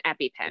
EpiPen